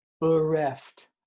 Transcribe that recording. bereft